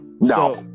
No